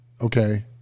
Okay